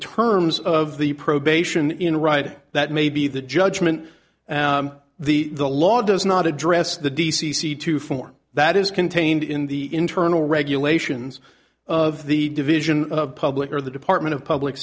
terms of the probation in a ride that may be the judgment the the law does not address the d c c to form that is contained in the internal regulations of the division of public or the department of public